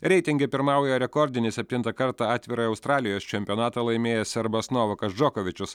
reitinge pirmauja rekordinį septintą kartą atvirąjį australijos čempionatą laimėjęs serbas novakas džokovičius